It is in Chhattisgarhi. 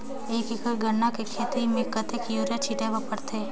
एक एकड़ गन्ना कर खेती म कतेक युरिया छिंटे बर पड़थे?